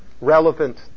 relevant